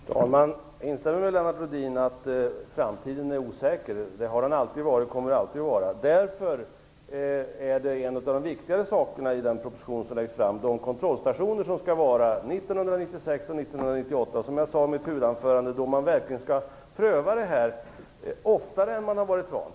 Fru talman! Jag instämmer med Lennart Rohdin att framtiden är osäker. Det har den alltid varit, och det kommer den alltid att vara. Därför är de kontrollstationer som skall vara 1996 och 1998 bland de viktigare sakerna som läggs fram i propositionen. Som jag sade i mitt huvudanförande, skall man då verkligen pröva det här oftare än man har varit van vid.